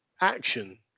action